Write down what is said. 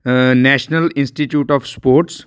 a national institute of sports